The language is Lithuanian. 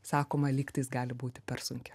sakoma lygtais gali būti per sunki